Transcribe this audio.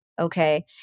Okay